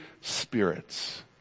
spirits